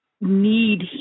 need